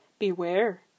Beware